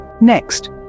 Next